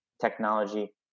technology